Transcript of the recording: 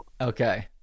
Okay